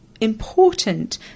important